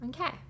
Okay